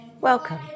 Welcome